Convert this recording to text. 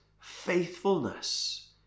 faithfulness